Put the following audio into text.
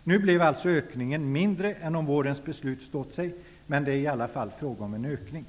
Ökningen blev alltså mindre än om vårens beslut stått sig, men det är i alla fall fråga om en ökning.